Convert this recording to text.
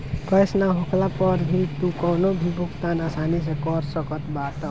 cash ना होखला पअ भी तू कवनो भी भुगतान आसानी से कर सकत बाटअ